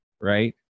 Right